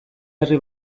herri